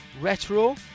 retro